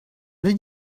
did